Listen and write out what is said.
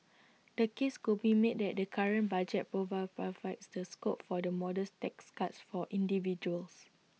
the case could be made that the current budget profile provides the scope for the modest tax cuts for individuals